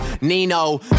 nino